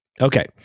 Okay